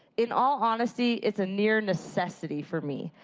in all honesty, it's an near necessity for me.